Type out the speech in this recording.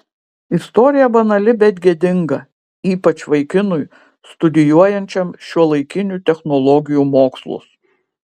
istorija banali bet gėdinga ypač vaikinui studijuojančiam šiuolaikinių technologijų mokslus